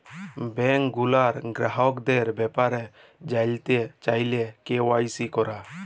bank গুলার গ্রাহকদের ব্যাপারে জালতে চাইলে কে.ওয়াই.সি ক্যরা